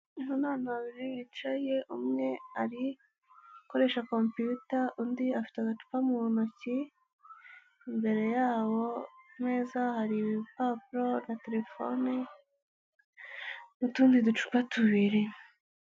Aha ni abantu babiri bicaye, umwe ari akoresha compiyuta undi afite agacupa mu ntoki, imbere yabo ku meza hari ibipapuro na telefone n'utundi ducupa tubiri.